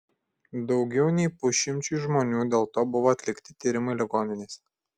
daugiau nei pusšimčiui žmonių dėl to buvo atlikti tyrimai ligoninėse